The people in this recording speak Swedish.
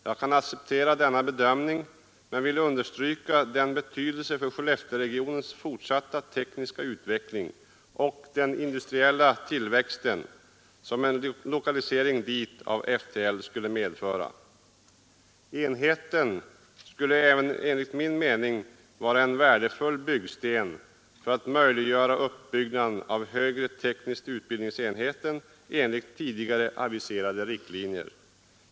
Jag kan acceptera denna bedömning men vill understryka den betydelse för Skellefteåregionens fortsatta tekniska utveckling och industriella tillväxt som en lokalisering dit av FTL skulle medföra. Enheten skulle även enligt min mening vara en värdefull byggsten för att möjliggöra uppbyggnaden av högre tekniska utbildningsenheten enligt tidigare aviserade riktlinjer.